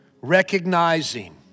recognizing